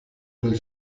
del